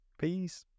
peace